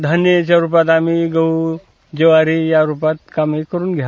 धान्याच्या रूपात आम्ही गुहू ज्वारी या स्वरूपात कामे करून घ्या